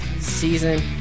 season